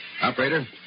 Operator